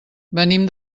venim